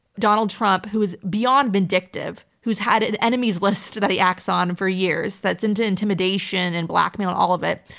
donald trump, who is beyond vindictive, who's had an enemies list that he acts on for years, that's into intimidation and blackmail, all of it.